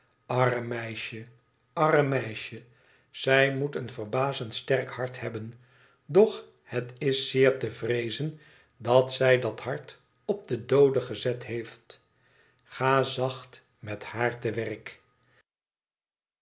arm meisje arm meisje zij moet een verbazend sterk hart hebben doch het is zeer te vreezen dat zij dat hart op den doode gezet heeft ga zacht met haar